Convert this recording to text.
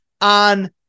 on